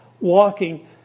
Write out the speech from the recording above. walking